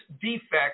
defect